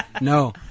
no